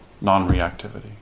non-reactivity